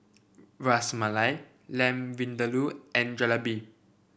Ras Malai Lamb Vindaloo and Jalebi